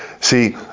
See